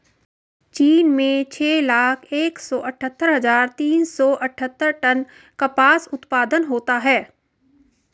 चीन में छह लाख एक सौ अठत्तर हजार तीन सौ अट्ठारह टन कपास उत्पादन होता है